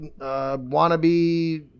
wannabe